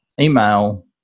email